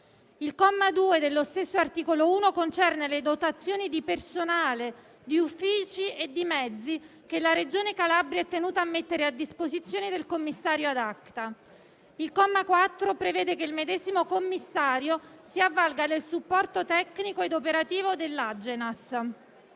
Il comma 2 dello stesso articolo 1 concerne le dotazioni di personale, di uffici e di mezzi che la Regione Calabria è tenuta a mettere a disposizione del commissario *ad acta*. Il comma 4 prevede che il medesimo commissario si avvalga del supporto tecnico e operativo dell'Agenzia